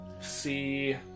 see